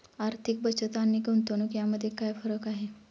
आर्थिक बचत आणि गुंतवणूक यामध्ये काय फरक आहे?